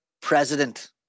president